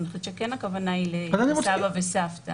אבל אני חושבת שכן הכוונה היא לסבא וסבתא.